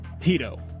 Tito